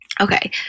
Okay